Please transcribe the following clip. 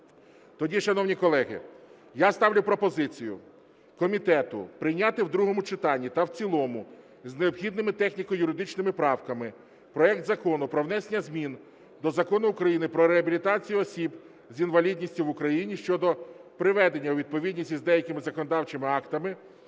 Тоді, шановні колеги, я ставлю пропозицію комітету прийняти в другому читанні та в цілому з необхідними техніко-юридичними правками проект Закону про внесення змін до Закону України "Про реабілітацію осіб з інвалідністю в Україні" щодо приведення у відповідність із деякими законодавчими актами